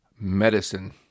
medicine